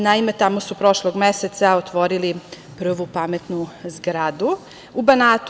Naime, tamo su prošlog meseca otvorili prvu „pametnu zgradu“ u Banatu.